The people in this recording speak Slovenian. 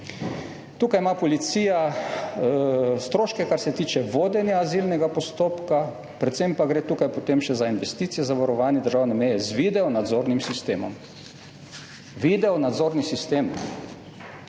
Tukaj ima policija stroške, kar se tiče vodenja azilnega postopka, predvsem pa gre tukaj potem še za investicije za varovanje državne meje z videonadzornim sistemom.« Videonadzorni sistem